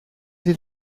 did